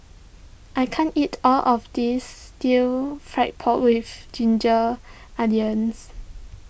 I can't eat all of this Stir Fried Pork with Ginger Onions